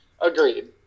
Agreed